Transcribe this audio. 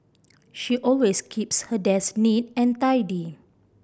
she always keeps her desk neat and tidy